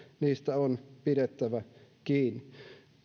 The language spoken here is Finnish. niistä on pidettävä kiinni